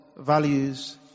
values